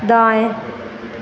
दाएँ